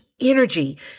energy